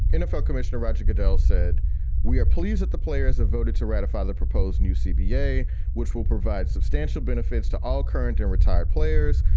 nfl commissioner roger goodell said we are pleased that the players have voted to ratify the proposed new cba, which will provide substantial benefits to all current and retired players,